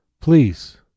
Please